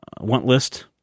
Wantlist